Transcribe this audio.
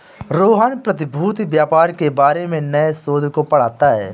रोहन प्रतिभूति व्यापार के बारे में नए शोध को पढ़ता है